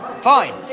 fine